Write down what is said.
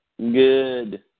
Good